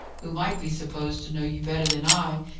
who might be supposed to know you better than i,